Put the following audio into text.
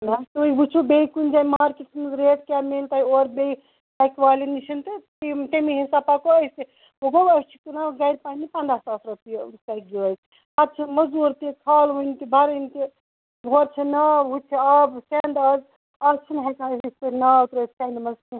نَہ حظ تُہۍ وُچھو بیٚیہِ کُنہِ جایہِ مارکیٚٹَس منٛز ریٹ کیٛاہ میلہِ تۄہہِ اورٕ بیٚیہِ سیٚکہِ والیٚن نِش تہٕ تٔمے حِساب پَکوٚو أسۍ تہِ وۄنۍ گوٚو أسۍ چھِ کٕنان گھرِ پننہِ پَنٛداہ ساس رۄپیہِ سیٚکہِ گٲڑۍ پَتہٕ چھِ مزوٗر تہِ کھالوٕنۍ تہِ بھرٕنۍ تہِ ہورٕ چھِ ناو ہوٚتہِ چھِ آبہٕ سیٚنٛد آز آز چھِنہٕ ہیٚکان أسۍ یِتھ کٲٹھۍ ناو ترٛٲیِتھ سیٚنٛدِ منٛز کیٚنٛہہ